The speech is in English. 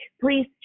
Please